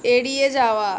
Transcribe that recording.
এড়িয়ে যাওয়া